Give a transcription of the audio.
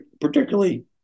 particularly